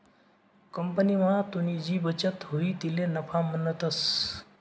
कंपनीमा तुनी जी बचत हुई तिले नफा म्हणतंस